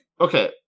okay